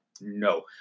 No